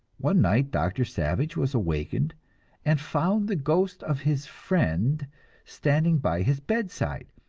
one night doctor savage was awakened and found the ghost of his friend standing by his bedside.